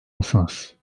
mısınız